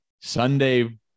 Sunday